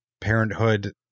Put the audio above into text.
parenthood